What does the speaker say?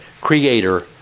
creator